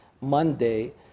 Monday